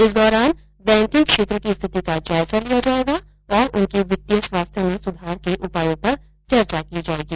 इस दौरान बैंकिंग क्षेत्र की स्थिति का जायजा लिया जायेगा और उनके वित्तीय स्वास्थ्य में सुधार के उपायों पर चर्चा की जायेगी